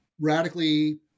radically